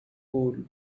cool